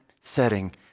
setting